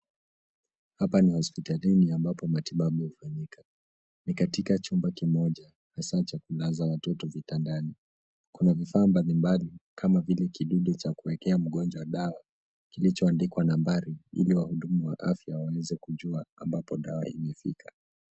Hapa ni hospitalini ambapo matibabu hufanyika. Ni katika chumba kimoja hasa cha kulaza watoto vitandani. Kuna vifaa mbalimbali kama vile kidude cha kuekea mgonjwa dawa kilichoandikwa nambari ili wahudumu wa afya waweze kujua ambapo dawa imefika.